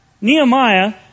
Nehemiah